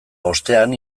ostean